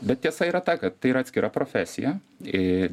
bet tiesa yra ta kad tai yra atskira profesija ir